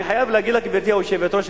אני חייב להגיד לגברתי היושבת-ראש,